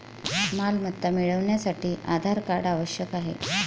मालमत्ता मिळवण्यासाठी आधार कार्ड आवश्यक आहे